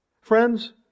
Friends